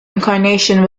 incarnation